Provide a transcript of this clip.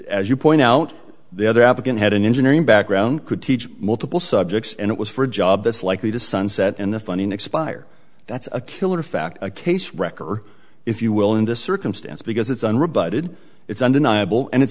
as you point out the other applicant had an engineering background could teach multiple subjects and it was for a job that's likely to sunset in the funding expire that's a killer fact a case wrecker if you will in this circumstance because it's an rebutted it's undeniable and it's